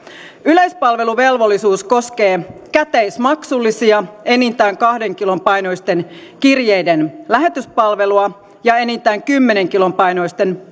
yleispalveluvelvollisuus koskee käteismaksullisia enintään kahden kilon painoisten kirjeiden lähetyspalvelua ja enintään kymmenen kilon painoisten